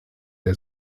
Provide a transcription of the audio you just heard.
der